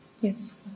Yes